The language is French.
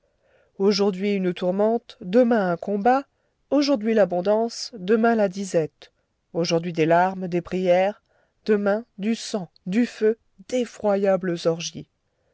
aujourd'hui une tourmente demain un combat aujourd'hui l'abondance demain la disette aujourd'hui des larmes des prières demain du sang du feu d'effroyables orgies